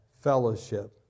fellowship